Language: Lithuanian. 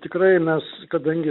tikrai mes kadangi